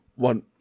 one